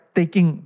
taking